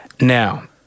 Now